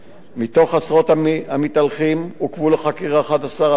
מתוך עשרות המתהלכים עוכבו לחקירה 11 אנשים.